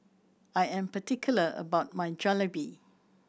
I am particular about my Jalebi